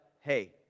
hey